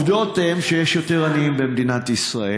העובדות הן, אחת, שיש יותר עניים במדינת ישראל.